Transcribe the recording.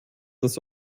das